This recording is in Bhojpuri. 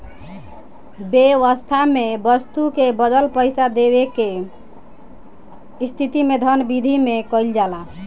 बेवस्था में बस्तु के बदला पईसा देवे के स्थिति में धन बिधि में कइल जाला